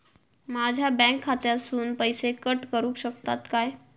माझ्या बँक खात्यासून पैसे कट करुक शकतात काय?